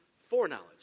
foreknowledge